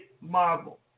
marvel